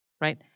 right